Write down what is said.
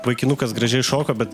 vaikinukas gražiai šoka bet